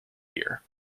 year